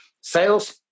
sales